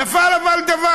אבל נפל דבר: